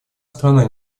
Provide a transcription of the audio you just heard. страна